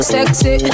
Sexy